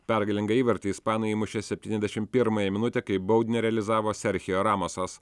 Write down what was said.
pergalingą įvartį ispanai įmušė sepryniasdešim pirmąją minutę kai baudinį realizavo serchio ramosas